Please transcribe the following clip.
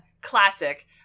classic